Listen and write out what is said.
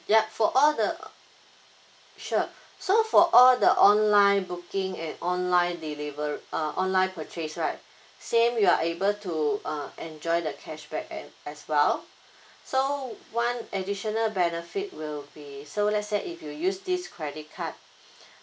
yup so for all the sure so for all the online booking and online delivery uh online purchase right same you are able to uh enjoy the cashback and as well so one additional benefit will be so let's say if you use this credit card